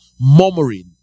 murmuring